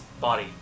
body